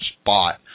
spot